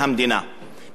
בנימין נתניהו,